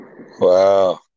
Wow